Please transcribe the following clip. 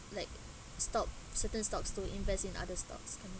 like stop certain stocks to invest in other stocks